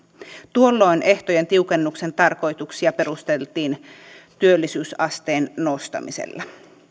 tuolloin ehtojen tiukennuksen tarkoituksia perusteltiin työllisyysasteen nostamisella